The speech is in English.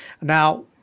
now